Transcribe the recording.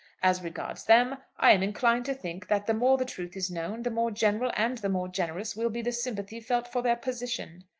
as regards them, i am inclined to think that the more the truth is known, the more general and the more generous will be the sympathy felt for their position.